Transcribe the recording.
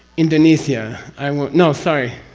indonesia, i mean no sorry.